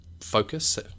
focus